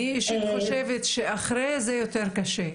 אני אישית חושבת שאחרי זה יותר קשה.